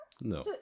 No